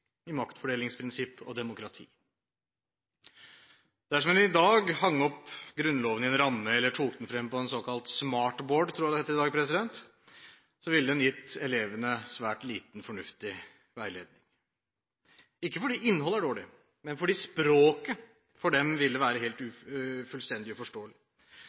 i maktfordelingsprinsipper og demokrati. Dersom en i dag hengte opp Grunnloven i en ramme eller tok den frem på et såkalt smartboard – som jeg tror det heter i dag – ville den gitt elevene svært lite fornuftig veiledning, ikke fordi innholdet er dårlig, men fordi språket for dem ville være fullstendig uforståelig. Det er viktig å holde Grunnloven oppdatert, og